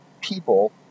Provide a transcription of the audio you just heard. people